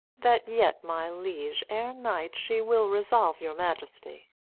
that yet, my liege, ere night she will resolve your majesty.